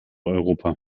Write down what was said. europa